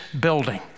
building